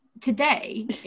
today